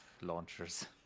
launchers